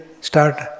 start